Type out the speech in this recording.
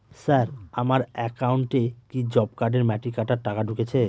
Sir আমার একাউন্টে কি জব কার্ডের মাটি কাটার টাকা ঢুকেছে?